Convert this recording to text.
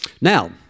Now